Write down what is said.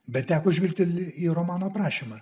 bet teko žvilgteli į romano prašymą